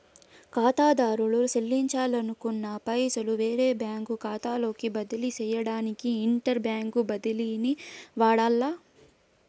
కాతాదారుడు సెల్లించాలనుకున్న పైసలు వేరే బ్యాంకు కాతాలోకి బదిలీ సేయడానికి ఇంటర్ బ్యాంకు బదిలీని వాడాల్ల